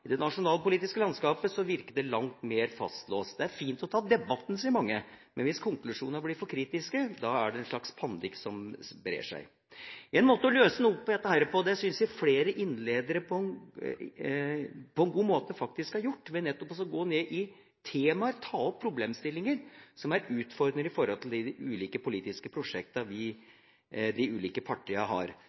i det nasjonalpolitiske landskapet virker det langt mer fastlåst. Det er fint å ta debatten, sier mange. Men hvis konklusjonene blir for kritiske, da er det en slags panikk som sprer seg. En måte å løse noe opp i dette på – det syns jeg flere innledere på en god måte faktisk har gjort – er nettopp å gå ned i temaer, ta opp problemstillinger som er utfordrende i forhold til de ulike politiske prosjektene de ulike partiene har.